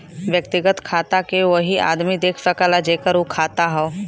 व्यक्तिगत खाता के वही आदमी देख सकला जेकर उ खाता हौ